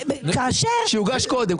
כל תקציב שהוגש קודם.